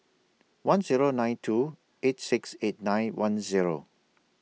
one Zero nine two eight six eight nine one Zero